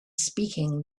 speaking